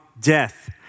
death